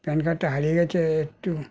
pan কার্ডটা হারিয়ে গিয়েছে একটু